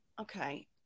Okay